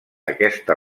aquesta